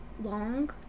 long